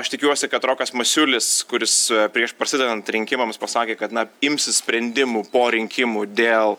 aš tikiuosi kad rokas masiulis kuris prieš prasidedant rinkimams pasakė kad na imsis sprendimų po rinkimų dėl